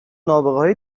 نابغههای